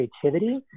creativity